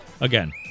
again